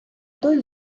той